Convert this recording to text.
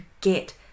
get